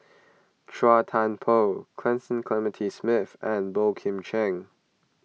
Chua Thian Poh Cecil Clementi Smith and Boey Kim Cheng